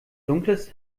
dunkles